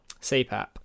CPAP